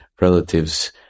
relatives